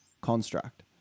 construct